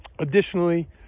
Additionally